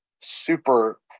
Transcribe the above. super